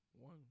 One